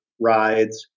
rides